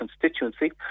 constituency